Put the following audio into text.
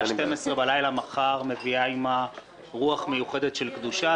24:00 בלילה מחר מביאה עמה רוח מיוחדת של קדושה,